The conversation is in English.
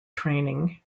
training